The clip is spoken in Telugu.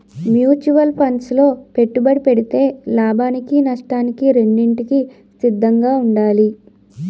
మ్యూచువల్ ఫండ్సు లో పెట్టుబడి పెడితే లాభానికి నష్టానికి రెండింటికి సిద్ధంగా ఉండాలి